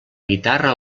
guitarra